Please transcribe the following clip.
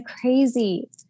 crazy